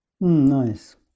Nice